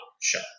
show